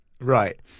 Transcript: Right